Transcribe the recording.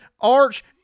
arch